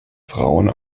frauen